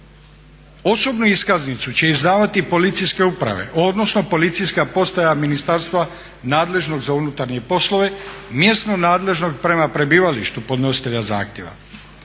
Osobnu iskaznicu će izdavati policijske uprave odnosno policijska postaja ministarstva nadležnog za unutarnje poslove, mjesno nadležnog prema prebivalištu podnositelja zahtjeva.